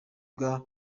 bwa